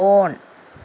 on